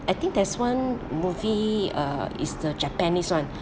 I think there's one movie uh is the japanese one